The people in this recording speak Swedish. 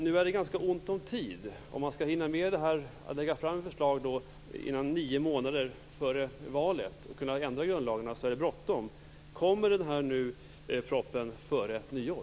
Nu är det ont om tid att hinna med att lägga fram ett förslag nio månader före valet för att kunna ändra grundlagen. Det är bråttom. Kommer propositionen före nyår?